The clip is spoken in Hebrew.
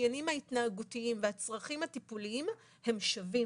המאפיינים ההתנהגותיים והצרכים הטיפוליים הם שווים.